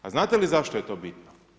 A znate li zašto je to bitno?